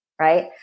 Right